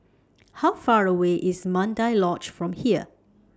How Far away IS Mandai Lodge from here